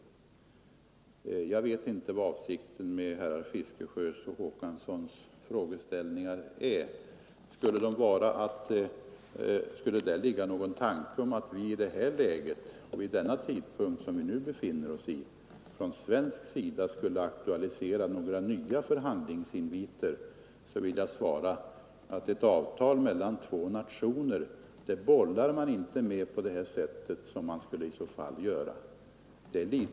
Nr 122 Jag vet inte vad avsikten är med herr Fiskesjös och herr Håkanssons Torsdagen den i Rönneberga frågor, men om det i dem skulle ligga någon tanke att 14 november 1974 vi nu från svensk sida skall aktualisera några nya förhandlingsinviter, så vill jag säga att ett avtal mellan två nationer bollar man inte med = Ang. inskränkningpå det sätt som vi skulle bli tvungna att göra i så fall.